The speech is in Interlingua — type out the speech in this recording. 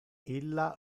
illa